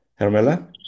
Hermela